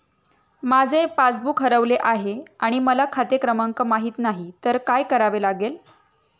माझे पासबूक हरवले आहे आणि मला खाते क्रमांक माहित नाही तर काय करावे लागेल?